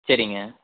சரிங்க